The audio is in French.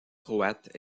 croate